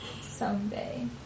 Someday